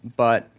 but